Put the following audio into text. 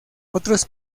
otros